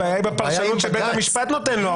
הבעיה היא בפרשנות שבית המשפט נותן לו.